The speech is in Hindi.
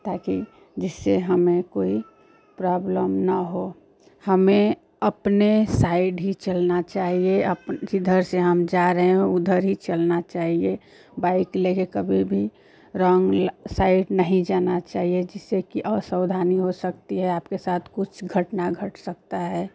ताकि जिससे हमें कोई प्रॉब्लम न हो हमें अपने साइड ही चलना चाहिए हम जिधर से हम जा रहे हैं उधर ही चलना चाहिए बाइक़ लेकर कभी भी रॉन्ग साइड नहीं जाना चाहिए जिससे कि असावधानी हो सकती है आपके साथ कुछ घटना घट सकती है